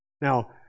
Now